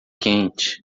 quente